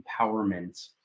empowerment